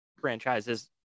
franchises